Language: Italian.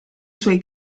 suoi